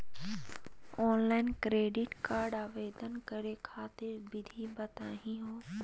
Offline credit card आवेदन करे खातिर विधि बताही हो?